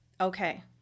Okay